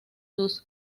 sus